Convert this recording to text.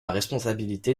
responsabilité